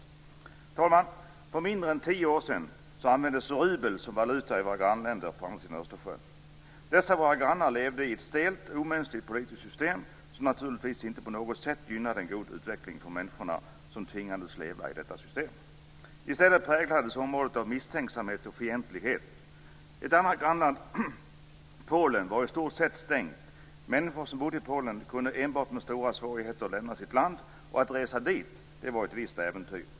Herr talman! För mindre än tio år sedan användes rubel som valuta i våra grannländer på andra sidan Östersjön. Dessa våra grannar levde i ett stelt och omänskligt politiskt system. Det gynnade naturligtvis inte på något sätt en god utveckling för människorna som tvingades leva i systemet. I stället präglades området av misstänksamhet och fientlighet. Ett annat grannland, Polen, var i stort sett stängt. Människor som bodde i Polen kunde enbart med stora svårigheter lämna sitt land, och att resa dit var ett visst äventyr.